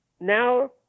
now